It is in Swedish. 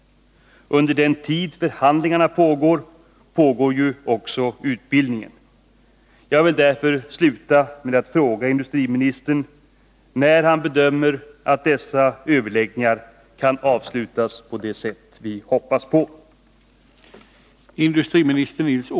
Under den tid som förhandlingarna äger rum pågår ju också utbildningen. Jag vill därför avslutningsvis fråga industriministern, när han bedömer att dessa överläggningar kan avslutas på det sätt som vi hoppas på.